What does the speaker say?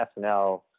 SNL